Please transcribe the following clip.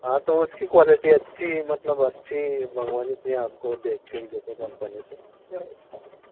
हाँ तो उसकी क्वालिटी अच्छी मतलब अच्छी मँगवानी चाहिए आपको देख कर कि जैसे कंपनी से